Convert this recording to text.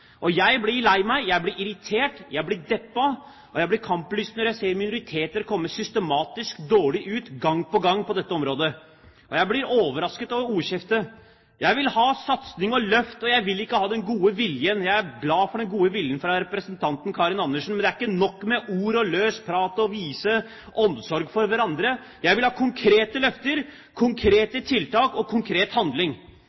Jeg blir lei meg, jeg blir irritert, jeg blir deppa, og jeg blir kamplysten når jeg ser at minoriteter kommer systematisk dårlig ut gang på gang på dette området. Jeg blir overrasket over ordskiftet. Jeg vil ha satsing og løft, og jeg vil ikke ha den gode viljen. Jeg er glad for den gode viljen fra representanten Karin Andersen, men det er ikke nok med ord og løst prat og å vise omsorg for hverandre. Jeg vil ha konkrete løfter,